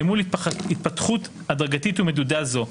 אל מול התפתחות הדרגתית ומדודה זו,